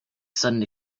sudden